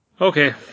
Okay